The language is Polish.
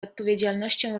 odpowiedzialnością